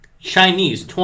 Chinese